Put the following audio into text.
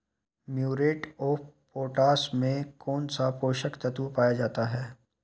Muriate of potash में कौन सा पोषक तत्व पाया जाता है?